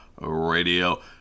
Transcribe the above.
Radio